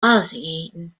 nauseating